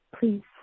please